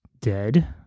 dead